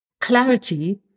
clarity